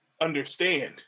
understand